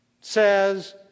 says